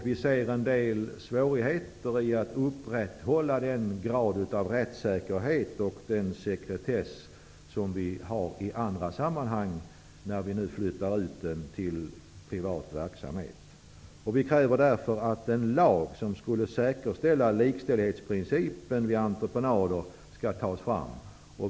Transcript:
Vi ser en del svårigheter i att upprätthålla den grad av rättssäkerhet och den sekretess som vi har i andra sammanhang när vi nu flyttar ut detta till privat verksamhet. Vi kräver därför att en lag som säkerställer likställighetsprincipen vid entreprenader skall tas fram.